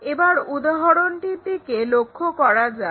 এবার উদাহরণটির দিকে লক্ষ্য করা যাক